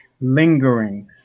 lingering